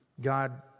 God